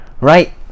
right